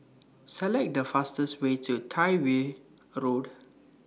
Select The fastest Way to Tyrwhitt Road